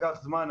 לקח זמן,